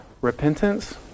repentance